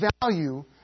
value